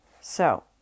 So